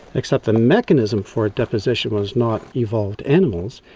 except the mechanism for deposition was not evolved animals,